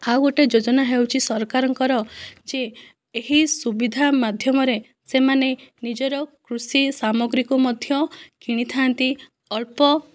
ଆଉ ଗୋଟିଏ ଯୋଜନା ହେଉଛି ସରକାରଙ୍କର ଯେ ଏହି ସୁବିଧା ମାଧ୍ୟମରେ ସେମାନେ ନିଜର କୃଷି ସାମଗ୍ରୀକୁ ମଧ୍ୟ କିଣିଥାନ୍ତି ଅଳ୍ପ